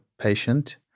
patient